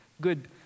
good